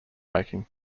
making